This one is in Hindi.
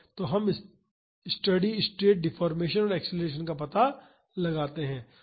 तो अब हम स्थिर स्टेडी स्टेट डेफोर्मेशन और एक्सेलरेशन का पता लगाते हैं